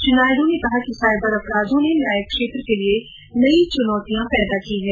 श्री नायडु ने कहा कि साइबर अपराधों ने न्यायशास्त्र के लिए नई चुनौतियां पैदा की हैं